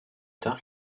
tard